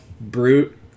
Brute